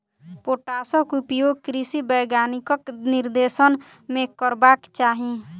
पोटासक उपयोग कृषि वैज्ञानिकक निर्देशन मे करबाक चाही